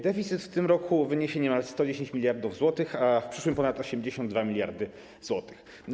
Deficyt w tym roku wyniesie niemal 110 mld zł, a w przyszłym - ponad 82 mld zł.